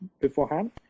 beforehand